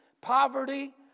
Poverty